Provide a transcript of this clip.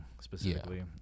specifically